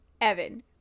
Evan